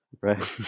right